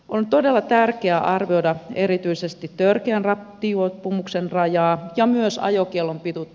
on todella tärkeää arvioida erityisesti törkeän rattijuopumuksen rajaa ja myös ajokiellon pituutta